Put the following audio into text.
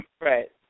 right